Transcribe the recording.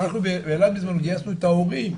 אנחנו באילת בזמנו, גייסנו את ההורים,